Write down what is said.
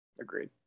agreed